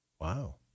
Wow